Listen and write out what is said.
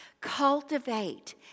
cultivate